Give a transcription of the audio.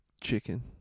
Chicken